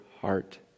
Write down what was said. heart